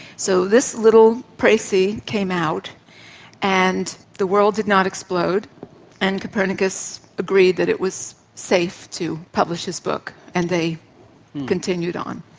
so this little precis came out and the world did not explode and copernicus agreed that it was safe to publish his book and they continued on.